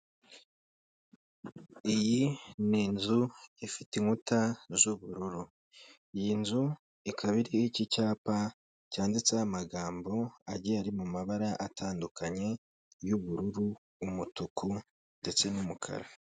Iyi ni inzu ifite inkuta z'ubururu, iyi nzu ikaba iriho iki cyapa cyanditseho amagambo agiye ari mu mabara atandukanye y'ubururu, umutuku ndetse n'umukara.